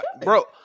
bro